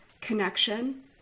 connection